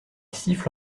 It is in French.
siffle